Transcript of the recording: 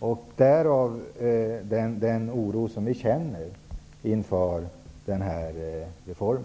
-- därav den oro som vi känner inför reformen.